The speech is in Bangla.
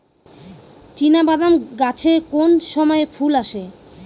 চিনাবাদাম গাছে কোন সময়ে ফুল আসে?